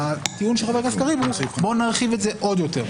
הטיעון של חבר הכנסת קריב הוא: בוא נרחיב את זה עוד יותר.